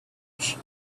much